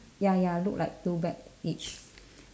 ya ya look like two bag each